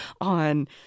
on